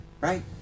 right